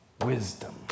wisdom